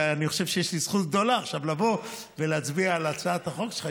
ואני חושב שיש לי זכות גדולה עכשיו לבוא ולהצביע על הצעת החוק שלך,